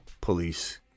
police